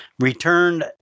returned